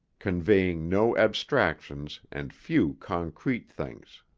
conveying no abstractions and few concrete things.